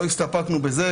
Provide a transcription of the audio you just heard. לא הסתפקנו בזה,